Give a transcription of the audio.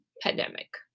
pandemic